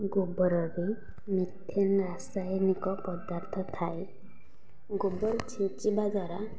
ଗୋବରରେ ମିଥେନ୍ ରାସାୟନିକ ପଦାର୍ଥ ଥାଏ ଗୋବର ଛିଞ୍ଚିବା ଦ୍ଵାରା